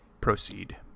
Proceed